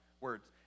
words